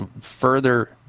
further